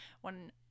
one